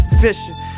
fishing